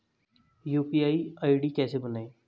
UPI ID कैसे बनाएं?